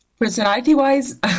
Personality-wise